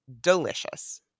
delicious